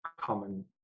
common